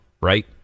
right